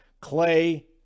Clay